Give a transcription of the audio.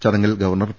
ചടങ്ങിൽ governor P